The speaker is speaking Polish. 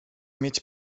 mieć